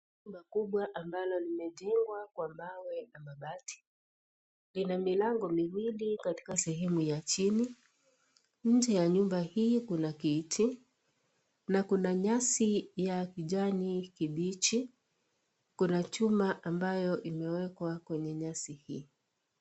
Nyumba kubwa ambalo limejengwa kwa mawe na mabati. Lina milango miwili katika sehemu ya chini, nje ya nyumba hii kuna kiti na kuna nyasi ya kijani kibichi kuna chuma ambayo imewekwa kwenye nyasi hii .